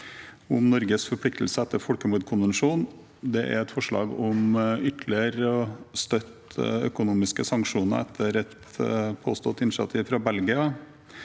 om Norges forpliktelser etter folkemordkonvensjonen. Videre er det et forslag om ytterligere å støtte økonomiske sanksjoner etter et påstått initiativ fra Belgia,